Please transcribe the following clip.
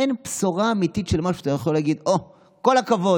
אין בשורה אמיתית של משהו שאתה יכול להגיד בו: כל הכבוד,